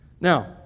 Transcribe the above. Now